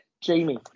Jamie